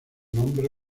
nombre